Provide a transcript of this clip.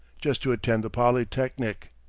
just to attend the polytechnic.